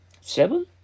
Seven